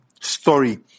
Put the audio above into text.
story